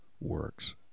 works